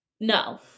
no